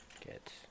get